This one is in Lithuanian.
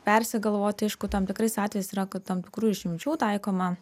persigalvoti aišku tam tikrais atvejais yra kad tam tikrų išimčių taikoma